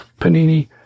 Panini